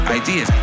ideas